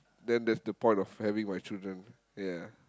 then that's the point of having my children ya